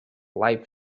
live